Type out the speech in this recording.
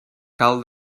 cal